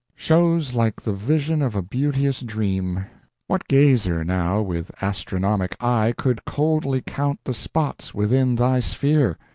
shows like the vision of a beauteous dream what gazer now with astronomic eye could coldly count the spots within thy sphere?